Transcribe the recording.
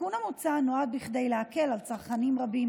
התיקון המוצע נועד להקל על צרכנים רבים